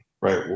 right